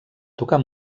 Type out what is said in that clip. tocar